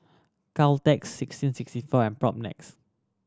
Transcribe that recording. Caltex sixteen sixty four and Propnex